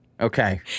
Okay